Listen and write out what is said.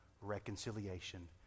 reconciliation